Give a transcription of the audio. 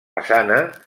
façana